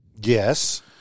Yes